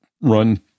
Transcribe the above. run